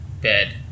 bed